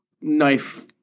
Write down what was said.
knife